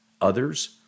Others